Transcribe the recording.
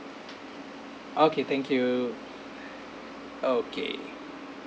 okay thank you okay